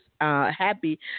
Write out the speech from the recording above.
happy